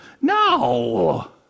No